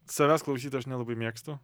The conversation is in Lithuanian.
savęs klausyt aš nelabai mėgstu